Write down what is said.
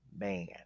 man